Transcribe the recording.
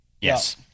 Yes